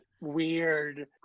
weird